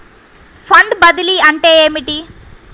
Fund బదిలీ అంటే ఏమిటి?